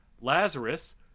Lazarus